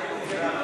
נתקבל.